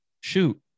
shoot